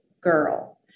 girl